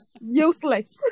Useless